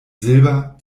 silber